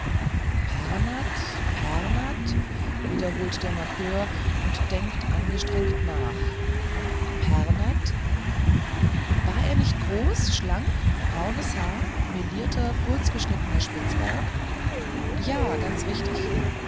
wiederholt der markör und denkt angestrengt nach pernath war er nicht groß schlank braunes haar melierten kurzgeschnittenen spitzbart ja ganz richtig